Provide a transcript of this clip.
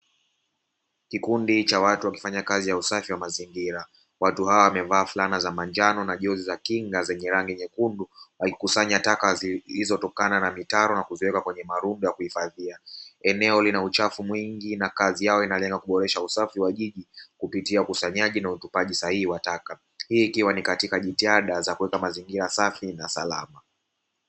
Kikundi cha watu wakifanya usafi wa mazingira watu hawa wamevaa fulana za manjano na jozi za chini zenye rangi nyekundu wakikusanya taka zilitokana na mitaro na kuweka kwenye marundo ya kuhifadhia eneo lina uchafu mwingi na kazi yao ni kuboresha usafi wa jiji kupitia ukusanyaji na uhifadhi wa taka hii ikiwa ni katika jitihada za kuweka mazingira safi na salama.